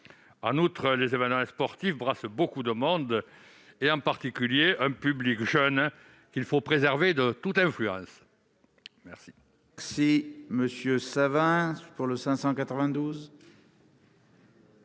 En outre, les événements sportifs brassent beaucoup de monde, en particulier un public jeune qu'il faut préserver de toute influence. L'amendement n° 592